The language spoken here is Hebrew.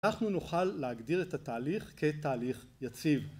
אנחנו נוכל להגדיר את התהליך כתהליך יציב